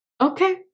Okay